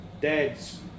Dad's